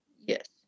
Yes